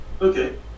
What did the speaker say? Okay